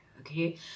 Okay